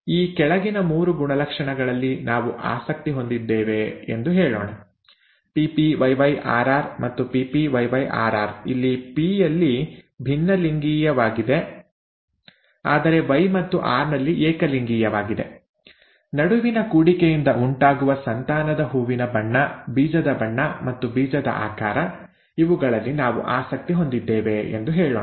ಈ ಕೆಳಗಿನ ಮೂರು ಗುಣಲಕ್ಷಣಗಳಲ್ಲಿ ನಾವು ಆಸಕ್ತಿ ಹೊಂದಿದ್ದೇವೆ ಎಂದು ಹೇಳೋಣ PpYyRr ಮತ್ತು Ppyyrr ಇದು P ಯಲ್ಲಿ ಭಿನ್ನಲಿಂಗೀಯವಾಗಿದೆ ಆದರೆ Y ಮತ್ತು R ನಲ್ಲಿ ಏಕಲಿಂಗೀಯವಾಗಿದೆ ನಡುವಿನ ಕೂಡಿಕೆಯಿಂದ ಉಂಟಾಗುವ ಸಂತಾನದ ಹೂವಿನ ಬಣ್ಣ ಬೀಜದ ಬಣ್ಣ ಮತ್ತು ಬೀಜದ ಆಕಾರ ಇವುಗಳಲ್ಲಿ ನಾವು ಆಸಕ್ತಿ ಹೊಂದಿದ್ದೇವೆ ಎಂದು ಹೇಳೋಣ